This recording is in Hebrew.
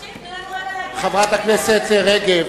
שמונה חודשים, תנו לנו, חברת הכנסת רגב.